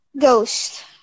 Ghost